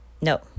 No